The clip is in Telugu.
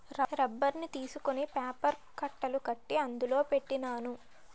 రబ్బర్ని తీసుకొని పేపర్ కట్టలు కట్టి అందులో పెట్టినాను